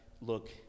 look